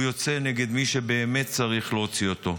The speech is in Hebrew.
הוא יוצא נגד מי שבאמת צריך להוציא אותו.